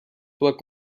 doit